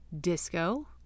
disco